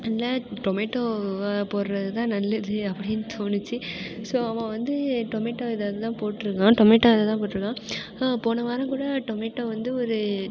அதில் டொமேட்டோ போடுவது தான் நல்லது அப்படினு தோணிச்சு ஸோ அவன் வந்து டொமேட்டோ இதை தான் போட்டிருக்கான் டொமேட்டோ இதை தான் போட்டிருக்கான் போன வாரம் கூட டொமேட்டோ வந்து ஒரு